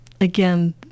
again